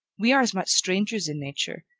we are as much strangers in nature,